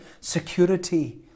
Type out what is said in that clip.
security